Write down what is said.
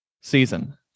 season